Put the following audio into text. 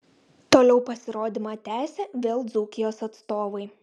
toliau pasirodymą tęsė vėl dzūkijos atstovai